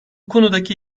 konudaki